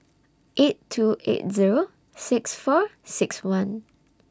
eight two eight Zero six four six one